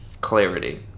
clarity